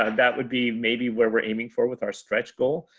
um that would be maybe where we're aiming for with our stretch goal.